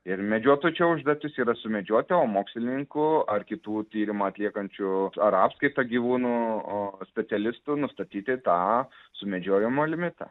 ir medžiotojų čia užduotis yra sumedžioti o mokslininkų ar kitų tyrimą atliekančių ar apskaitą gyvūnų specialistų nustatyti tą sumedžiojimo limitą